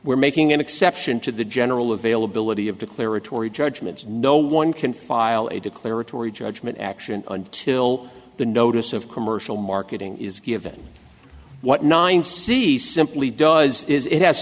we're making an exception to the general availability of declaratory judgment no one can file a declaratory judgment action until the notice of commercial marketing is given what nine cs simply does is it has